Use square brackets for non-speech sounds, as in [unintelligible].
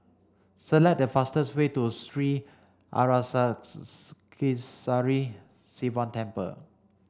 select the fastest way to Sri [unintelligible] Sivan Temple